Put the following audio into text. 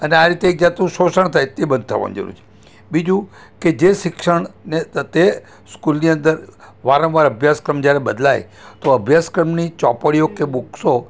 અને આ રીતે એકજાતનું શોષણ થાય છે તે બંધ થવાની જરૂર છે બીજું કે જે શિક્ષણને તે સ્કૂલની અંદર વારંવાર અભ્યાસક્રમ જ્યારે બદલાય તો અભ્યાસક્રમની ચોપડીઓ કે બુકસો